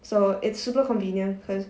so it's super convenient because